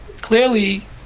clearly